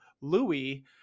Louis